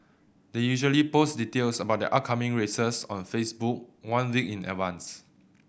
they usually post details about their upcoming races on Facebook one week in advance